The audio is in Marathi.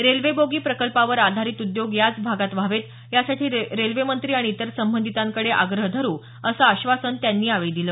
रेल्वे बोगी प्रकल्पावर आधारीत उद्योग याच भागात व्हावेत यासाठी रेल्वेमंत्री आणि इतर संबंधिताकडे आग्रह धरू असं त्यांनी आश्वासन दिलं